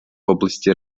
области